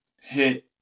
hit